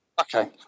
okay